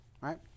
Right